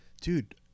dude